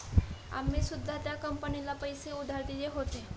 आम्ही सुद्धा त्या कंपनीला पैसे उधार दिले होते